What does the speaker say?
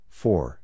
four